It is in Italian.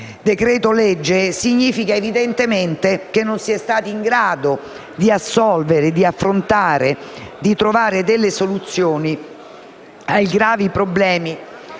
decreto-legge significa - evidentemente - che non si è stati in grado di affrontare e trovare delle soluzioni ai gravi problemi